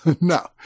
no